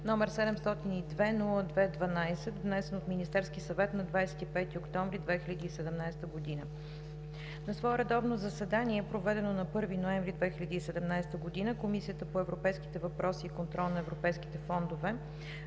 № 702-02-12, внесен от Министерския съвет на 25 октомври 2017 На свое редовно заседание, проведено на 1 ноември 2017 г., Комисията по eвропейските въпроси и контрол на европейските фондове